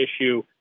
issue